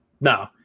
No